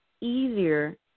easier